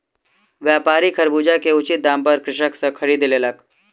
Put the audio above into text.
व्यापारी खरबूजा के उचित दाम पर कृषक सॅ खरीद लेलक